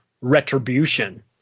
retribution